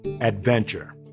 Adventure